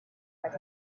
that